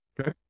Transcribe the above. Okay